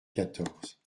quatorze